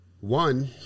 one